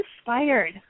inspired